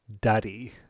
daddy